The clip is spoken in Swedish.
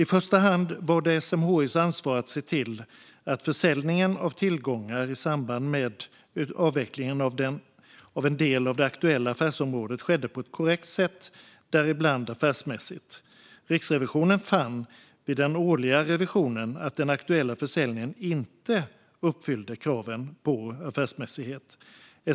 I första hand var det SMHI:s ansvar att se till att försäljningen av tillgångar i samband med avvecklingen av en del av det aktuella affärsområdet skedde på ett korrekt sätt, däribland affärsmässigt. Riksrevisionen fann vid den årliga revisionen att den aktuella försäljningen inte uppfyllde kraven på affärsmässighet.